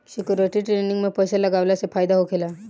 security trading में पइसा लगावला से फायदा होखेला